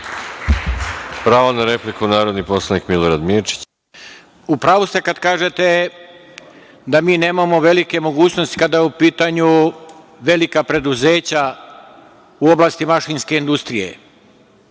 Pravo na repliku, narodni poslanik Milorad Mirčić.